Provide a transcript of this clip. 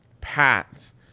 Pats